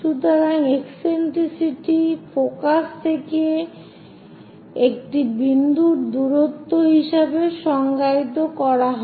সুতরাং eccentricity focus থেকে একটি বিন্দুর দূরত্ব হিসাবে সংজ্ঞায়িত করা হয়